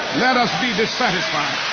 let us be dissatisfied.